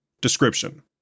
Description